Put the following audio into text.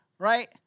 right